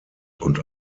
und